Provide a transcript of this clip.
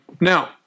now